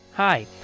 Hi